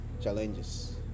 challenges